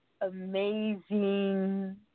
amazing